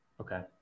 Okay